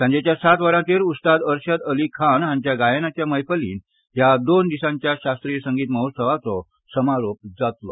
सांजेच्या सात वरांचेर उस्ताद अर्षद अली खान हांच्या गायनाच्या मैफलीन ह्या दोन दिसांच्या शास्त्रीय संगीत महोत्सवाचो समारोप जातलो